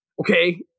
okay